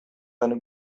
eine